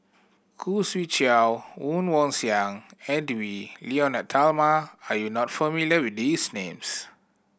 Khoo Swee Chiow Woon Wah Siang Edwy Lyonet Talma are you not familiar with these names